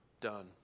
done